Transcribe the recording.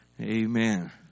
Amen